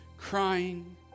crying